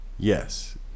Yes